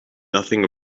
nothing